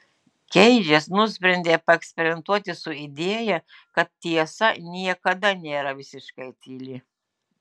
keidžas nusprendė paeksperimentuoti su idėja kad tiesa niekada nėra visiškai tyli